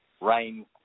rain